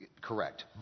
Correct